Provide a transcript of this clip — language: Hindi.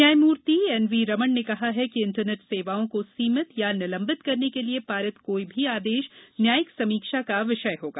न्यायमूर्ति एनवी रमण ने कहा कि इंटरनेट सेवाओं को सीमित या निलंबित करने के लिए पारित कोई भी आदेश न्यायिक समीक्षा का विषय होगा